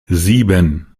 sieben